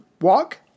Walk